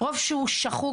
רוב שהוא שחוק,